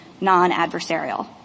non-adversarial